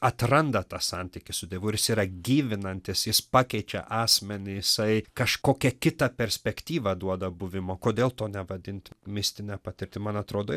atranda tą santykį su dievu ir jis yra gyvinantis jis pakeičia asmenį jisai kažkokią kitą perspektyvą duoda buvimo kodėl to nevadint mistine patirtim man atrodo